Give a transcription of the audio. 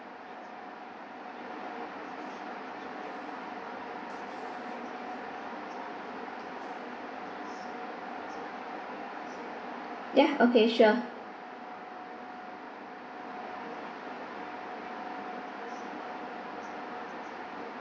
ya okay sure